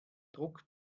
druck